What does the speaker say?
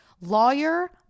lawyer